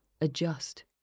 adjust